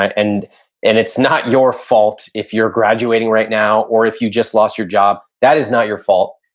and and it's not your fault if you're graduating right now, or if you just lost your job. that is not your fault.